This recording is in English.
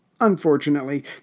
Unfortunately